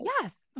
Yes